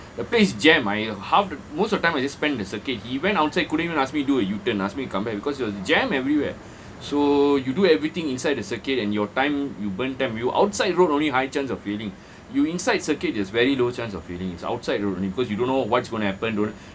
the place jam I half the most of the time I just spend the circuit he went outside couldn't even ask me do a U turn ask me to come back because it was jam everywhere so you do everything inside the circuit and your time you burn time out side road only higher chance of failing you inside circuit there's very low chance of failing it's outside road cause you don't know what's going to happen don~